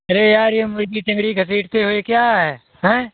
अरे यार ये मुर्गी टंगड़ी घसीटते हुए क्या है हैं